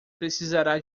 precisará